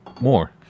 more